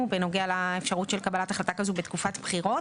בנוגע לאפשרות של קבלת החלטה כזו בתקופת בחירות.